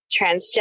transgender